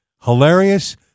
hilarious